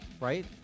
right